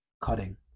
cutting